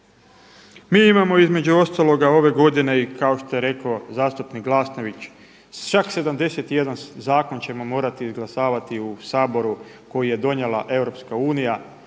Mi imamo između ostaloga ove godine i kao što je rekao zastupnik Glasnović čak 71 zakon ćemo morati izglasavati u Saboru koji je donijela EU,